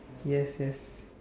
yes yes